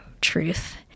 truth